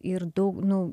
ir daug nu